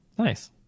Nice